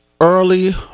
Early